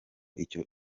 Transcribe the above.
icyo